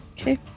Okay